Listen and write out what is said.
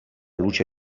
luce